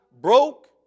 broke